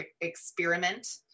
experiment